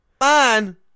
Man